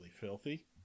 filthy